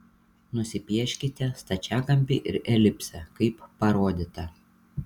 nusipieškite stačiakampį ir elipsę kaip parodyta